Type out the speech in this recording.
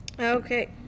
okay